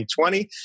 2020